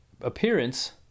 appearance